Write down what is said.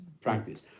practice